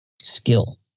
Skill